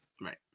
right